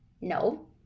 No